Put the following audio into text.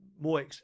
more